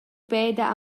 peda